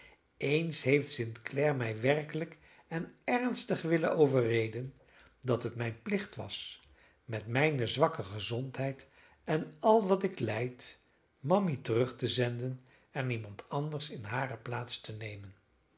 eens heeft st clare mij werkelijk en ernstig willen overreden dat het mijn plicht was met mijne zwakke gezondheid en al wat ik lijd mammy terug te zenden en iemand anders in hare plaats te nemen